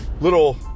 little